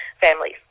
families